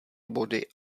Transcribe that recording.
body